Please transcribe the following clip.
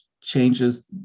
changes